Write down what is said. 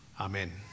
Amen